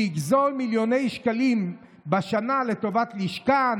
שיגזול מיליוני שקלים בשנה לטובת לשכה,